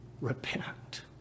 repent